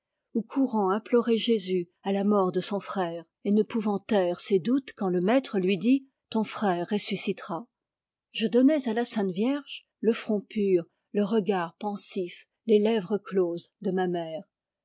ou courant implorer jésus à la mort de son frère et ne pouvant taire ses doutes quand le maître lui dit ton frère ressuscitera je donnais à la sainte-vierge le front pur le regard pensif les lèvres closes de ma mère